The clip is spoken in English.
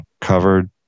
covered